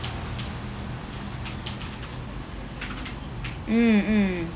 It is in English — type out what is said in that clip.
mm mm